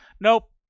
Nope